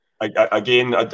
again